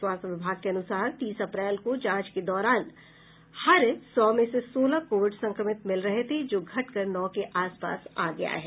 स्वास्थ्य विभाग के अनुसार तीस अप्रैल को जांच के दौरान हर सौ में से सोलह कोविड संक्रमित मिल रहे थे जो घटकर नौ के आसपास आ गया है